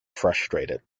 frustrated